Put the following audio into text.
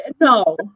no